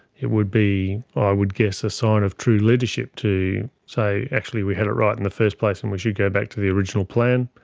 it would be i would guess a sign of true leadership to say actually we had it right in the first place and we should go back to the original plan.